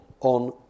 on